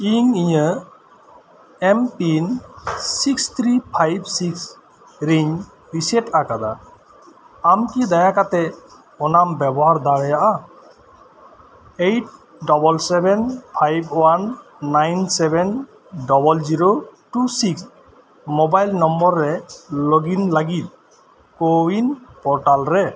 ᱤᱧ ᱤᱧᱟᱹᱜ MPIN six three five six ᱨᱮᱧ ᱨᱤᱥᱮᱴ ᱟᱠᱟᱫᱟ ᱟᱢ ᱠᱤ ᱫᱟᱭᱟ ᱠᱟᱛᱮᱫ ᱚᱱᱟᱢ ᱵᱮᱵᱚᱦᱟᱨ ᱫᱟᱲᱮᱭᱟᱜᱼᱟ eight double seven five one nine seven double zero two six mobile number ᱨᱮ ᱞᱚᱜᱤᱱ ᱞᱟᱹᱜᱤᱫ ᱠᱳᱼᱩᱭᱤᱱ ᱯᱳᱨᱴᱟᱞ ᱨᱮ